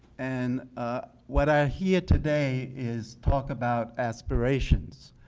and what i hear today is talk about aspirations.